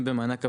אם במענק עבודה,